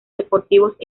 deportivos